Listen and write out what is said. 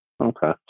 Okay